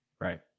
Right